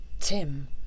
Tim